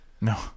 No